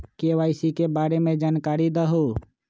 KYC के बारे में जानकारी दहु?